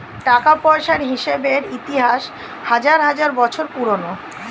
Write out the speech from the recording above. টাকা পয়সার হিসেবের ইতিহাস হাজার হাজার বছর পুরোনো